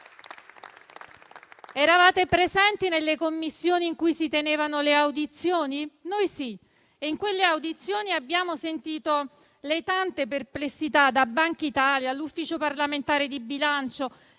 «Eravate presenti nelle Commissioni in cui si tenevano le audizioni?». Noi sì e in quelle audizioni abbiamo sentito le tante perplessità da Banca d'Italia, dall'Ufficio parlamentare di bilancio,